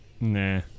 Nah